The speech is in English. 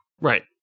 Right